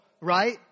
right